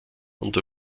und